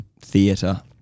theatre